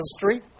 history